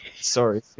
Sorry